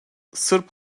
sırp